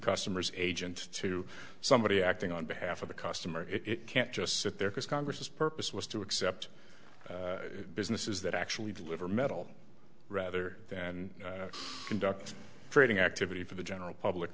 customer's agent to somebody acting on behalf of the customer it can't just sit there because congress has purpose was to accept businesses that actually deliver metal rather than conduct trading activity for the general public